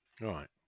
Right